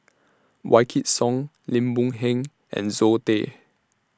Wykidd Song Lim Boon Heng and Zoe Tay